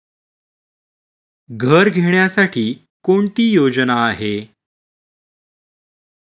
घर घेण्यासाठी कोणती योजना आहे?